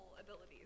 abilities